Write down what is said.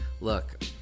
Look